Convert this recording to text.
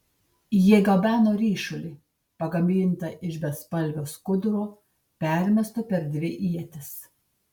jie gabeno ryšulį pagamintą iš bespalvio skuduro permesto per dvi ietis